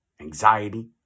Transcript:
anxiety